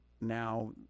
now